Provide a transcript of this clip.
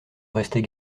rester